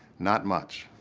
not much